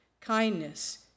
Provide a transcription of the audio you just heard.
kindness